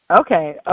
Okay